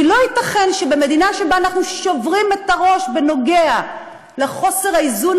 כי לא ייתכן שבמדינה שבה אנחנו שוברים את הראש בנוגע לחוסר האיזון